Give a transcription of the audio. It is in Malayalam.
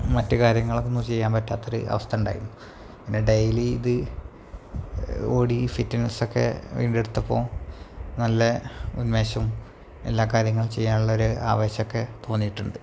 മറ്റു കാര്യങ്ങളൊന്നും ചെയ്യാൻ പറ്റാത്തൊരു അവസ്ഥയുണ്ടായി പിന്നെ ഡെയ്ലി ഇത് ഓടി ഫിറ്റ്നസൊക്കെ വീണ്ടെടുത്തപ്പോള് നല്ല ഉന്മേഷം എല്ലാ കാര്യങ്ങളും ചെയ്യാനുള്ളൊരു ആവേശമൊക്കെ തോന്നിയിട്ടുണ്ട്